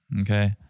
Okay